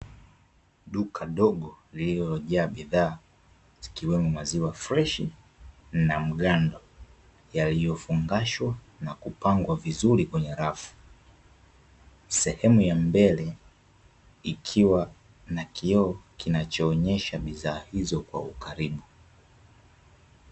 Duka dogo lililojaa bidhaa, zikiwemo maziwa freshi na mgando, yaliyofungashwa na kupangwa vizuri kwenye rafu, sehemu ya mbele ikiwa na kioo kinachoonyesha bidhaa hizo kwa ukaribu.